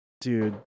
dude